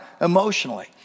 emotionally